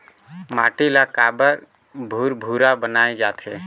माटी ला काबर भुरभुरा बनाय जाथे?